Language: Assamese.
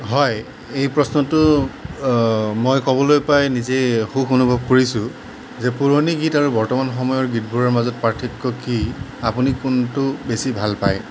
হয় এই প্ৰশ্নটো মই ক'বলৈ পাই নিজেই সুখ অনুভৱ কৰিছোঁ যে পুৰণি গীত আৰু বৰ্তমান সময়ৰ গীতবোৰৰ মাজত পাৰ্থক্য কি আপুনি কোনটো বেছি ভাল পায়